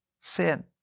sin